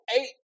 eight